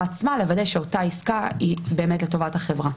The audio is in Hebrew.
עצמה לוודא שאותה עסקה עצמה היא באמת לטובת החברה.